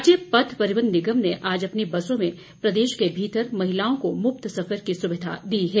राज्य पथ परिवहन निगम ने आज अपनी बसों में प्रदेश के भीतर महिलाओं को मुफ्त सफर की सुविधा दी जा रही है